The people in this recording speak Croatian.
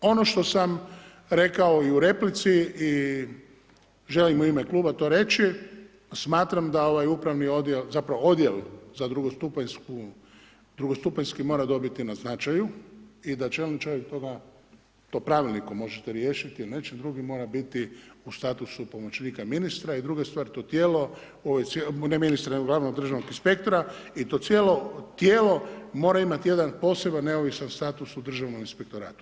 Ono što sam rekao i u replici i želim u ime kluba to reći, smatram da ovaj upravni odjel zapravo odjel za drugostupanjski, mora dobiti na značaju i da čelni čovjek toga, to pravilnikom možete riješiti ili nečim drugim, mora biti u statusu pomoćnika ministra i druga stvar, to tijelo ... nego glavnog državnog inspektora i to cijelo tijelo mora imati jedan poseban neovisan status u Državnom inspektoratu.